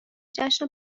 جشن